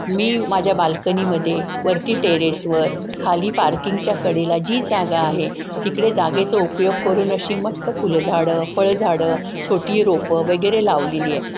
मी माझ्या बाल्कनीमध्ये वरती टेरेसवर खाली पार्किंगच्याकडेला जी जागा आहे तिकडे जागेचा उपयोग करून अशी मस्त फुल झाडं फळ झाडं छोटी रोपं वगैरे लावलेली आहे